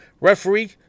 Referee